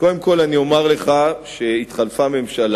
קודם כול, אני אומר לך שהתחלפה ממשלה,